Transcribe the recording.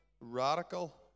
radical